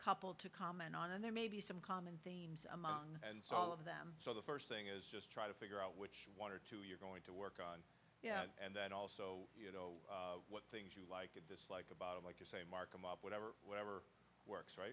couple to comment on and there may be some common themes among and so all of them so the first thing is just try to figure out which one or two you're going to work on yeah and then also you know what things you like at this like about it like you say mark i'm up whatever whatever works right